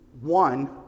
one